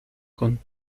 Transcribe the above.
con